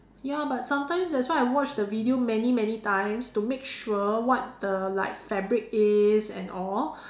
ya but sometimes that's why I watch the video many many times to make sure what the like fabric is and all